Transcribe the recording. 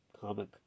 comic